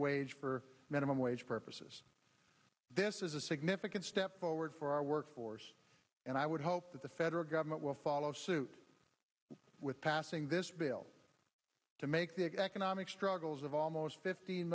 wage for minimum wage purposes this is a significant step forward for our workforce and i would hope that the federal government will follow suit with passing this bill to make the economic struggles of almost fifteen